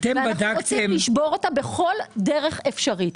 ואנחנו רוצים לשבור אותה בכל דרך אפשרית.